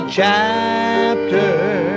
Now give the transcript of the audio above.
chapter